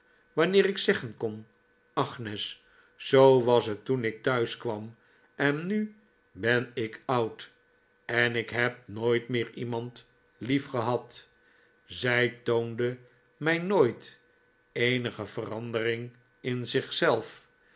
wanneer ik zeggen kon agnes zoo was het toen ik thuis kwam en nu ben ik oud en ik heb nooit meer iemand liefgehad zij toonde mij nooit eenige verandering in zichzelf